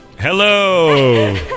Hello